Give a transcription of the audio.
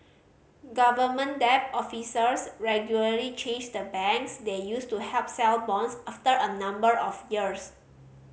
government debt officers regularly change the banks they use to help sell bonds after a number of years